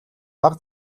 бага